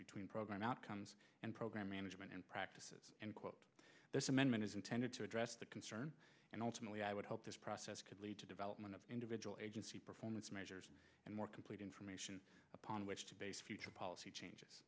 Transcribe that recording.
between program outcomes and program management practices and quote this amendment is intended to address that concern and ultimately i would hope this process could lead to development of individual agency performance measures and more complete information upon which to base future policy changes